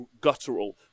guttural